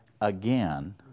again